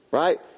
right